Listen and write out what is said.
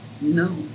No